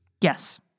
Yes